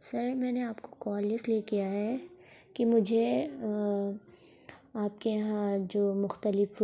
سر میں نے آپ کو کال اس لیے کیا ہے کہ مجھے آپ کے یہاں جو مختلف